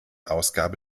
ausgabe